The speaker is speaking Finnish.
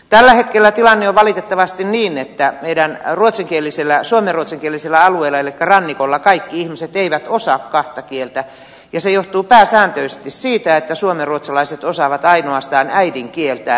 tällä hetkellä tilanne on valitettavasti niin että suomen ruotsinkielisillä alueilla elikkä rannikolla kaikki ihmiset eivät osaa kahta kieltä ja se johtuu pääsääntöisesti siitä että suomenruotsalaiset osaavat ainoastaan äidinkieltään